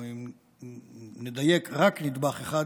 או, אם לדייק, רק נדבך אחד